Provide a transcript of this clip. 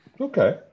Okay